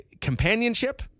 companionship